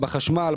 בחשמל,